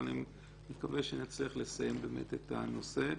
אבל אני מקווה שנצליח לסיים באמת את הנושא.